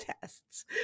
tests